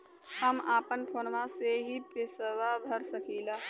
हम अपना फोनवा से ही पेसवा भर सकी ला?